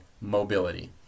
mobility